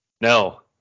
No